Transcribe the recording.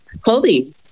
clothing